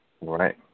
Right